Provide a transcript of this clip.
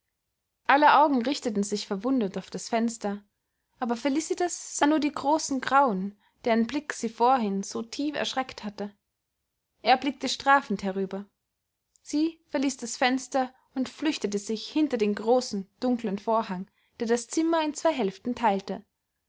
aller augen richteten sich verwundert auf das fenster aber felicitas sah nur die großen grauen deren blick sie vorhin so tief erschreckt hatte er blickte strafend herüber sie verließ das fenster und flüchtete sich hinter den großen dunklen vorhang der das zimmer in zwei hälften teilte